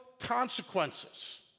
consequences